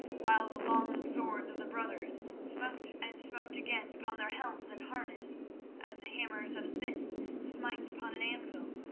while the long swords of the brothers smote and smote again upon their helms and harness as the hammers of smiths smite upon an anvil,